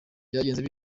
byagenze